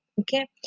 Okay